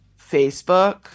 Facebook